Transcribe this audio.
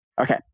Okay